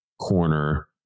corner